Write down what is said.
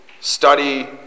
study